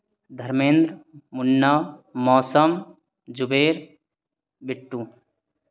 Dharmendra Munna Mausam Zuber Bittu